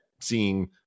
seeing